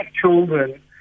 children